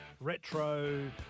retro